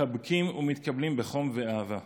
מחבקים ומתקבלים בחום ואהבה.